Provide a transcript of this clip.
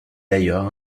d’ailleurs